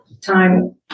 time